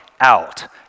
out